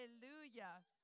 Hallelujah